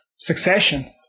Succession